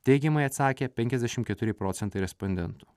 teigiamai atsakė penkiasdešimt keturi procentai respondentų